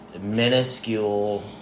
minuscule